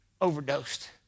overdosed